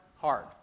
hard